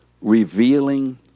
revealing